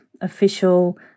official